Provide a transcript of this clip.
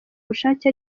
bushake